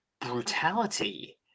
brutality